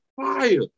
Fire